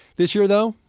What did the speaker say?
this year, though,